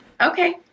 Okay